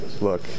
look